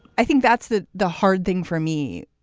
i think that's the the hard thing for me,